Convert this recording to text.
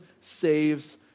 saves